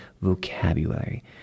vocabulary